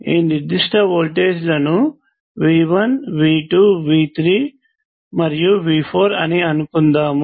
ఈ నిర్దిష్ట వోల్టేజ్లను V1 V2 V3 మరియు V4 అని అనుకుందాము